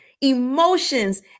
emotions